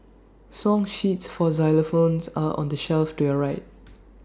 song sheets for xylophones are on the shelf to your right